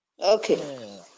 Okay